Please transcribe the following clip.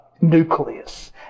nucleus